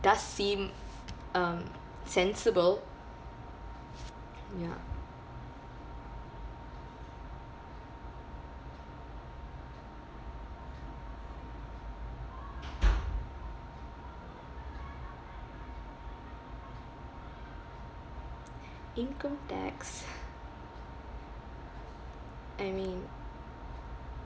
does seem um sensible ya income tax I mean